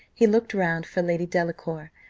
he looked round for lady delacour,